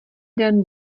den